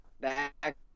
back